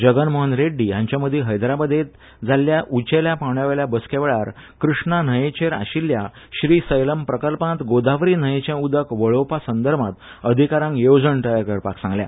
जगनमोहन रेड्डी हांच्यामदी हैद्राबादेत जाल्ल्या उचेल्या पावंड्यावेल्या बसकेवेळार क्रष्णा न्हंयचेर आशिल्ल्या श्रीसैलम प्रकल्पांत गोदावरी न्हंयचे उदक वळोवपा संदर्भांत अधिकाऱ्यांक येवजण तयार करपाक सांगल्या